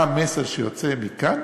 מה המסר שיוצא מכאן?